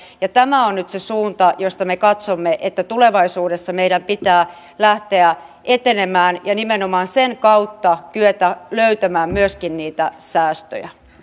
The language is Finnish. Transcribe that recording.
me katsomme että tämä on nyt se suunta johon tulevaisuudessa meidän pitää lähteä etenemään ja nimenomaan sen kautta pitää kyetä löytämään myöskin niitä säästöjä